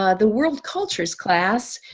ah the world cultures class.